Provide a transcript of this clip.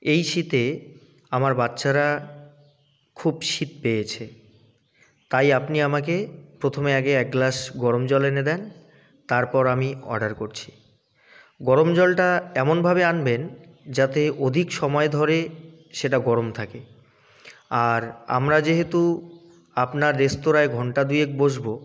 এই শীতে আমার বাচ্চারা খুব শীত পেয়েছে তাই আপনি আমাকে প্রথমে আগে এক গ্লাস গরম জল এনে দিন তারপর আমি অর্ডার করছি গরম জলটা এমনভাবে আনবেন যাতে অধিক সময় ধরে সেটা গরম থাকে আর আমরা যেহেতু আপনার রেস্তোরাঁয় ঘণ্টা দুয়েক বসব